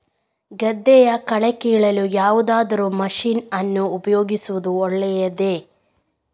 ಗದ್ದೆಯ ಕಳೆ ಕೀಳಲು ಯಾವುದಾದರೂ ಮಷೀನ್ ಅನ್ನು ಉಪಯೋಗಿಸುವುದು ಒಳ್ಳೆಯದೇ?